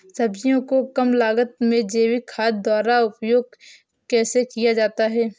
सब्जियों को कम लागत में जैविक खाद द्वारा उपयोग कैसे किया जाता है?